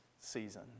season